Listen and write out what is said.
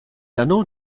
unknown